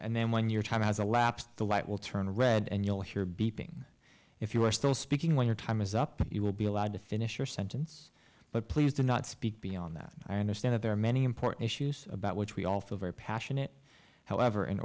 and then when your time has elapsed the light will turn red and you'll hear beeping if you are still speaking when your time is up you will be allowed to finish your sentence but please do not speak beyond that i understand that there are many important issues about which we all feel very passionate however in